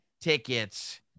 tickets